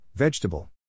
Vegetable